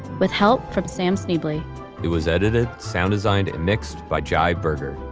with help from sam schneble. it was edited, sound designed and mixed by jai berger.